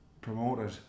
promoted